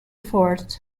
fort